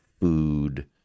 food